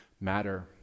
matter